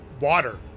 Water